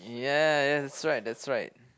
ya ya ya that's right that's right